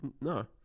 No